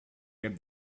get